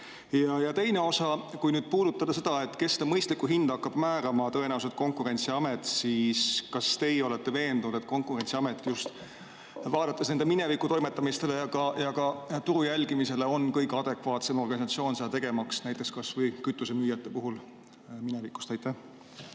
teine osa. Kui puudutada seda, kes seda mõistlikku hinda hakkab määrama, tõenäoliselt Konkurentsiamet, siis kas te olete veendunud, et Konkurentsiamet, just vaadates nende minevikutoimetamisi ja ka turu jälgimist, on kõige adekvaatsem organisatsioon seda tegema, mõeldes kas või kütusemüüjatele ja minevikus